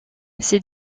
ses